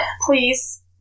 Please